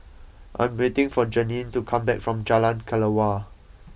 I'm waiting for Jeanine to come back from Jalan Kelawar